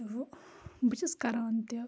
تہٕ وٕ بہٕ چھَس کَران تہِ